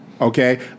Okay